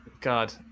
God